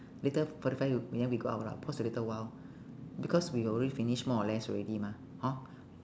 later forty five we we then we go out lah pause a little while because we already finish more or less already mah hor